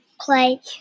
play